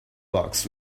box